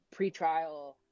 pretrial